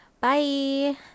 bye